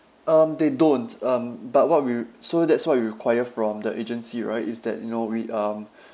um they don't um but what we re~ so that's why we require from the agency right is that you know we um